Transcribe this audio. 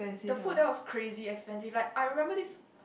the food there was crazy expensive like I remember this